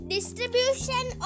Distribution